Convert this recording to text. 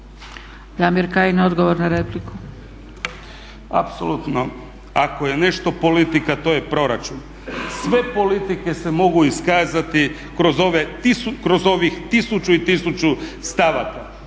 **Kajin, Damir (ID - DI)** Apsolutno ako je nešto politika to je proračun. Sve politike se mogu iskazati kroz ovih tisuću i tisuću stavaka.